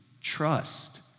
trust